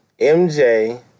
MJ